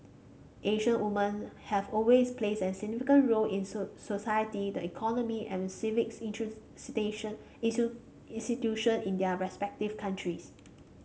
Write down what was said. Asian woman have always plays a significant role in sole society the economy and civic institution in their respective countries